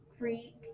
Freak